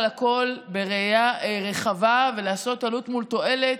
הכול בראייה רחבה ולעשות עלות מול תועלת.